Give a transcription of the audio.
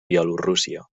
bielorússia